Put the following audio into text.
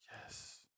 Yes